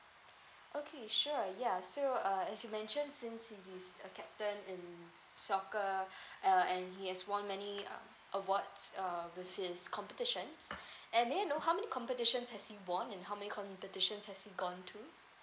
okay sure ya so uh as you mentioned since he is a captain in soccer uh and he has won many uh awards uh with his competition and may I know how many competitions has he won and how many competitions has he gone to